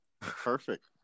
Perfect